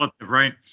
right